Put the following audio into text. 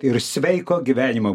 ir sveiko gyvenimo